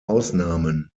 ausnahmen